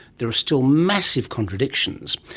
there are still massive contradictions.